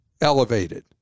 elevated